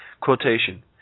Quotation